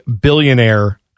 billionaire